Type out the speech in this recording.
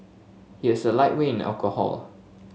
he is a lightweight in alcohol